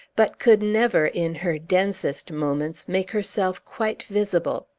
but could never, in her densest moments, make herself quite visible.